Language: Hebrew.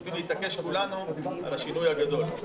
וכולנו צריכים להתעקש על השינוי הגדול.